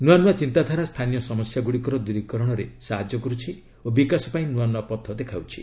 ନୂଆ ନୂଆ ଚିନ୍ତାଧାରା ସ୍ଥାନୀୟ ସମସ୍ୟା ଗୁଡ଼ିକର ଦୂରୀକରଣରେ ସାହାଯ୍ୟ କରୁଛି ଓ ବିକାଶ ପାଇଁ ନୂଆ ନୂଆ ପଥ ଦେଖାଉଛି